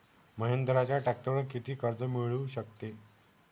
महिंद्राच्या ट्रॅक्टरवर किती कर्ज मिळू शकते?